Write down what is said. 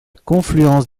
confluence